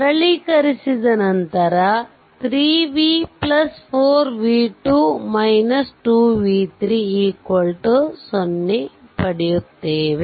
ಸರಳೀಕರಿಸಿದ ನಂತರ 3 v 4 v2 2 v3 0 ಪಡೆಯುತ್ತೇವೆ